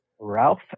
ralph